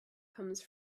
comes